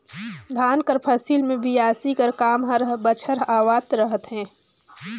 धान कर फसिल मे बियासी कर काम हर बछर आवत रहथे